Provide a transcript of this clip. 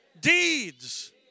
deeds